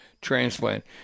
transplant